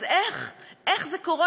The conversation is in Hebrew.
אז איך, איך זה קורה?